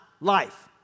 life